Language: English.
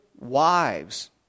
wives